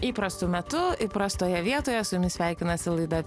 įprastu metu įprastoje vietoje su jumis sveikinasi laida